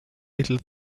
little